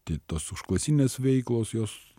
taip tos užklasinės veiklos jos